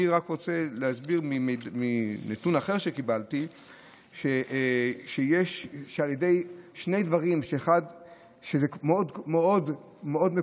אני רק רוצה להסביר מנתון אחר שקיבלתי שני דברים: מאוד מקובל,